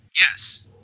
yes